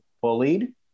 bullied